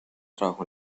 trabajó